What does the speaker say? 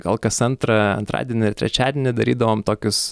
gal kas antrą antradienį ar trečiadienį darydavom tokius